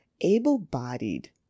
able-bodied